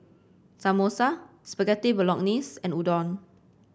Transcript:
Samosa Spaghetti Bolognese and Udon